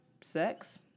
sex